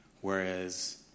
whereas